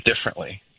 differently